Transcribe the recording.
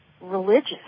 religious